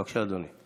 בבקשה, אדוני.